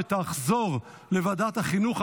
ותחזור לוועדת החינוך,